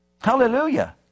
Hallelujah